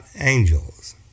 angels